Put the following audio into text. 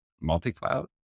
multi-cloud